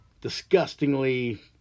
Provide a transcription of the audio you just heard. Disgustingly